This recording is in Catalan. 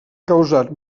causat